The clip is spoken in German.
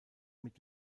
mit